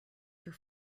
your